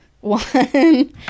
One